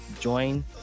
join